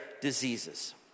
diseases